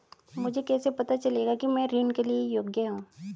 मुझे कैसे पता चलेगा कि मैं ऋण के लिए योग्य हूँ?